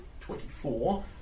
24